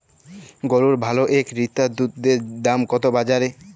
গরুর ভালো এক লিটার দুধের দাম কত বাজারে?